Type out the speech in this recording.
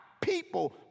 people